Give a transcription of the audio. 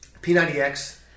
P90X